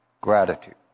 Gratitude